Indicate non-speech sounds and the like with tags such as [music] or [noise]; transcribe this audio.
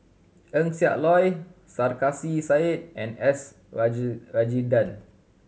Eng Siak Loy Sarkasi Said and S [unintelligible] Rajendran